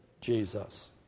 Jesus